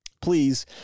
Please